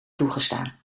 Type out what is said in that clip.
toegestaan